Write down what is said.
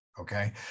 okay